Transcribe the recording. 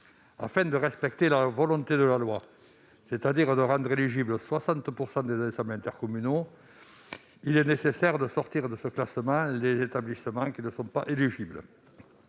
Afin de respecter la volonté de la loi, c'est-à-dire de rendre éligibles 60 % des ensembles intercommunaux, il est nécessaire de sortir de ce classement les établissements qui ne sont pas éligibles.